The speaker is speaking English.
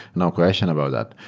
no question about that,